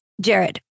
Jared